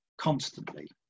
constantly